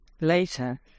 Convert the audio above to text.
Later